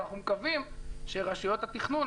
ואנחנו מקווים שרשויות התכנון,